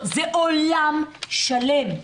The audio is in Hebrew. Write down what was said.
זה עולם שלם.